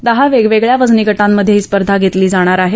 दहा वेगवेगळ्या वजनी गटांमध्ये ही स्पर्धा घेतली जाणार आहे